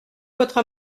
votre